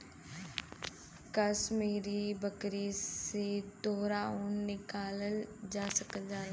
कसमीरी बकरी से दोहरा ऊन निकालल जा सकल जाला